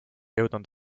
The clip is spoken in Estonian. jõudnud